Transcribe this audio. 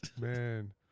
man